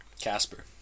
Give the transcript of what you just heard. Casper